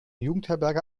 jugendherberge